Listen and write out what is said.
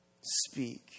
speak